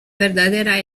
verdadera